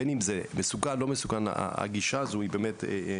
בין אם זה מסוכן או לא מסוכן הגישה הזו היא באמת מפחידה.